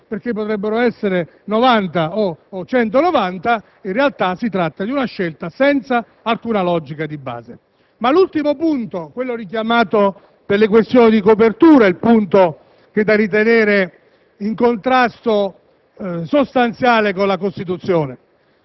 che indubbiamente è assolutamente discrezionale, per non dire arbitrario, perché potrebbero essere anche 90 o 190: in realtà si tratta di una scelta senza alcuna logica di base. Tuttavia è l'ultimo punto, quello già richiamato delle questioni di copertura, concernente